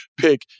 pick